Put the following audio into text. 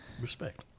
Respect